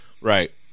Right